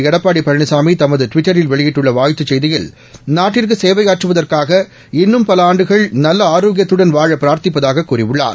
எடப்பாடி பழனிசாமி தமது டுவிட்டரில் வெளியிட்டுள்ள வாழ்த்துச் செய்தியில் நாட்டிற்கு சேவையாற்றுவதற்காக இன்னும் பல ஆண்டுகள் நல்ல ஆரோக்கியத்துடன் வாழ பிரார்த்திப்பதாக கூறியுள்ளார்